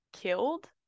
killed